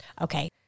Okay